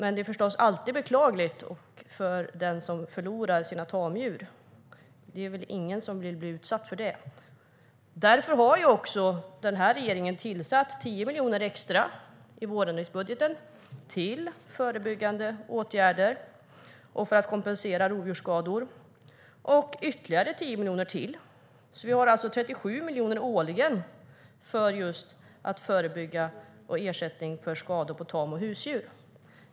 Men det är förstås alltid beklagligt för den som förlorar sina tamdjur. Det är väl ingen som vill bli utsatt för det. Därför har den här regeringen i vårändringsbudgeten avsatt 10 miljoner extra till förebyggande åtgärder och för att kompensera rovdjursskador. Man har också avsatt ytterligare 10 miljoner, så det finns alltså 37 miljoner årligen för att förebygga och ersätta skador på tam och husdjur.